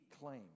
claim